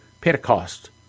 Pentecost